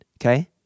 okay